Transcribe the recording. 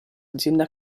azienda